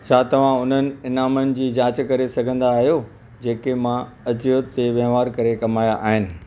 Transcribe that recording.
छा तव्हां उन्हनि इनामनि जी जांच करे सघंदा आहियो जेके मां अजियो ते वहिंवारु करे कमाया आहिनि